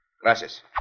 Gracias